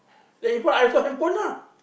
that if what I also have a handphone ah